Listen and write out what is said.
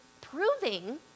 proving